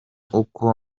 uko